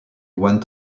went